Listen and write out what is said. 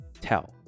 tell